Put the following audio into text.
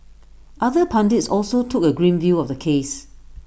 other pundits also took A grim view of the case